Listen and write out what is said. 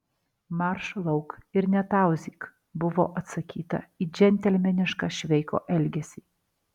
marš lauk ir netauzyk buvo atsakyta į džentelmenišką šveiko elgesį